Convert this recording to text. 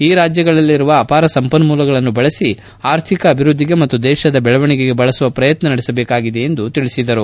ಈ ರಾಜ್ಯಗಳಲ್ಲಿರುವ ಅಪಾರ ಸಂಪನ್ಮೂಲಗಳನ್ನು ಬಳಸಿ ಆರ್ಥಿಕ ಅಭಿವೃದ್ಧಿಗೆ ಮತ್ತು ದೇಶದ ಬೆಳವಣಿಗೆಗೆ ಬಳಸುವ ಪ್ರಯತ್ನ ನಡೆಸಬೇಕಾಗಿದೆ ಎಂದು ತಿಳಿಸಿದರು